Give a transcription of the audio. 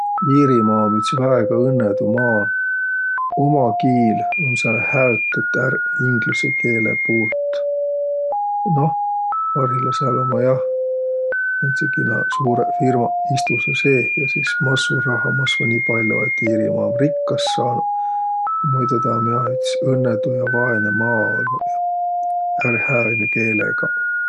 Iirimaa um üts väega õnnõdu maa. Uma kiil um sääl häötet ärq inglüse keele puult. Ja noh, parhilla sääl ummaq jah, määntsegiq naaq suurõq firmaq istusõq seeh ja sis massurahha masvaq nii pall'o, et Iirimaa um rikkas saanuq. Muido tä um jah üts õnnõdu ja vaenõ maa olnuq. Ja ärqhäönü keelegaq.